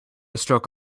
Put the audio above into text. stroke